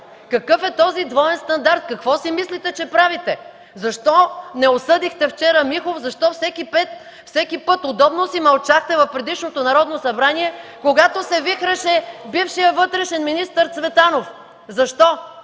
Какъв е този двоен стандарт? Какво си мислите, че правите? Защо не осъдихте вчера Михов? Защо всеки път удобно си мълчахте в предишното Народно събрание, когато се вихреше бившият вътрешен министър Цветанов? Защо?